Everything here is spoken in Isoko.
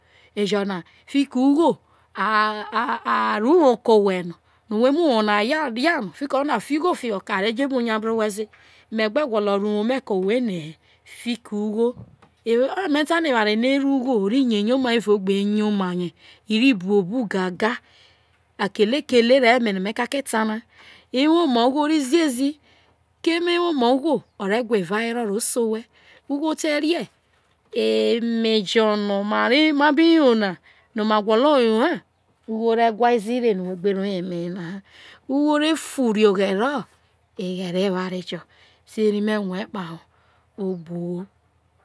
eyo na fiki ugho aro uwo ko owhe no whe no whe mu uwo na eria a fi ugho fiolo kai rebje nya bru owhe ze no me gbe gwolo reho iwo me ke owhi ene he fiki ugho oye me to fa no eware no ero ugho uri yo yo ma evao eyoma ye ewoma uyo to ziezi keme ewo ma uyo ore gwa evawero to se owe keme eme jo no ma bi yo na noa gwole yo ha ugho re gwe ze re no ma gbe to yo eme ye ne ha u gho revfurle oghere eware jo so eri men rue kpahe ubu ugho